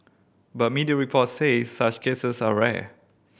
but media report say such cases are rare